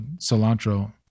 cilantro